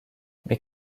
mais